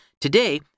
today